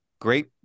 great